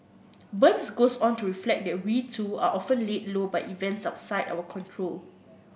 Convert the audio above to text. burns goes on to reflect that we too are often laid low by events outside our control